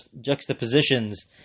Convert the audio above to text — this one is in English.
juxtapositions